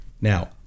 Now